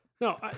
No